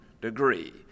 degree